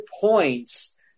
points